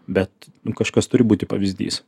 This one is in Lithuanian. bet kažkas turi būti pavyzdys